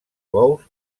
bous